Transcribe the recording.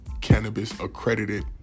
cannabis-accredited